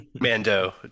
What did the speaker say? Mando